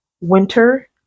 winter